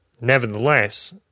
Nevertheless